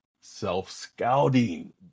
self-scouting